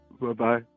Bye-bye